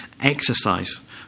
exercise